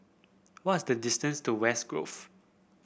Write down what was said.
what is the distance to West Grove